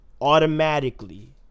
Automatically